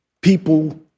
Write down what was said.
people